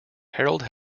harold